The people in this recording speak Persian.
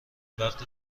وقت